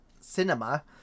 cinema